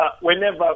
whenever